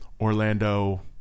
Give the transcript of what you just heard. Orlando